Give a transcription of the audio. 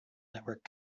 network